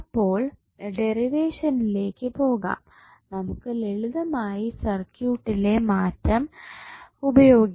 അപ്പോൾ ഡെറിവേഷനിലേക്ക് പോകാതെ നമുക്ക് ലളിതമായി സർക്യൂട്ടിലെ മാറ്റം ഉപയോഗിക്കാം